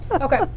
Okay